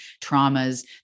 traumas